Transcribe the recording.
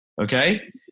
okay